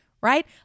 right